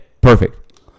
Perfect